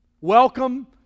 welcome